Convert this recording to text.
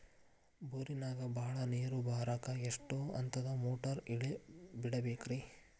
ಬೋರಿನಾಗ ಬಹಳ ನೇರು ಬರಾಕ ಎಷ್ಟು ಹಂತದ ಮೋಟಾರ್ ಇಳೆ ಬಿಡಬೇಕು ರಿ?